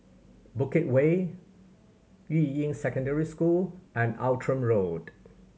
Bukit Way Yuying Secondary School and Outram Road